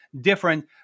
different